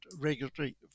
regulatory